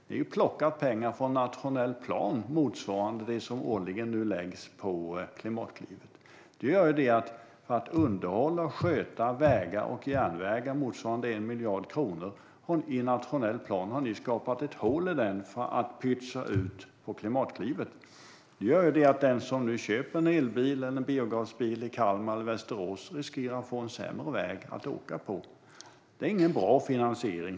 Ni har ju plockat pengar från nationell plan motsvarande det som årligen nu läggs på Klimatklivet. Ni har skapat ett hål i den nationella planen motsvarande 1 miljard kronor för underhåll och skötsel av vägar och järnvägar som ska pytsas ut på Klimatklivet. Det gör att den som köper en elbil eller biogasbil i Kalmar eller Västerås riskerar att få en sämre väg att åka på. Det är ingen bra finansiering.